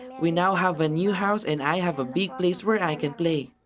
we now have a new house, and i have a big place where i can play.